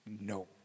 no